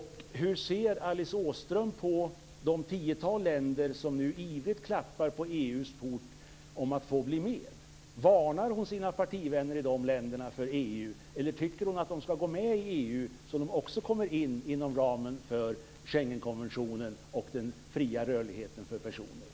Hur ser Alice Åström på det tiotal länder som nu ivrigt klappar på EU:s port för att få komma med? Varnar hon sina partivänner i de länderna för EU? Eller tycker hon att de skall gå med i EU så att de också kommer in inom ramen för Schengenkonventionen och den fria rörligheten för personer?